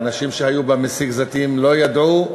האנשים שהיו במסיק זיתים לא ידעו,